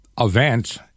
event